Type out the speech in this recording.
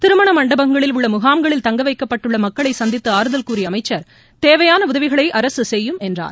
திருமண மண்டபங்களில் உள்ள முகாம்களில் தங்கவைக்கப்பட்டுள்ள மக்களை சந்தித்து ஆறுதல் கூறிய அமைச்சர் தேவையான உதவிகளை அரசு செய்யும் என்றார்